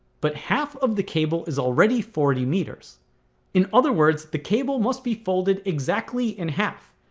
but half of the cable is already forty meters in other words the cable must be folded exactly in half